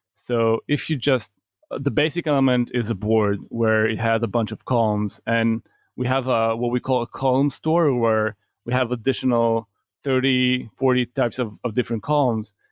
so, if you just the basic element is a board where it had a bunch of columns, and we have ah what we call a column store, where we have additional thirty, forty types of of different columns.